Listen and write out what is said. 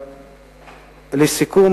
לסיכום,